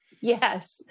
Yes